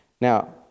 Now